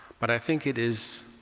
but i think it is